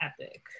epic